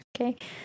Okay